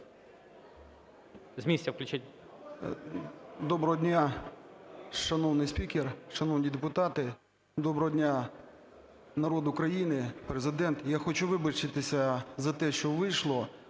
Доброго дня, шановний спікер, шановні депутати! Доброго дня, народ України, Президент! Я хочу вибачитися за те, що вийшло.